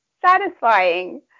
satisfying